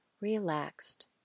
relaxed